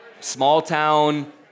small-town